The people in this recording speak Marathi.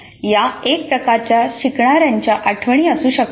या एक प्रकारच्या शिकवणार्यांच्या आठवणी असू शकतात